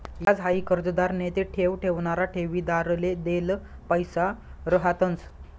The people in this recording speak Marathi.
याज हाई कर्जदार नैते ठेव ठेवणारा ठेवीदारले देल पैसा रहातंस